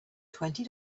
twenty